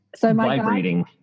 vibrating